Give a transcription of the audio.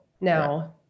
Now